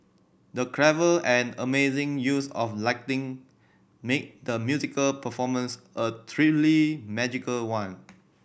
the clever and amazing use of lighting made the musical performance a truly magical one